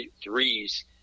threes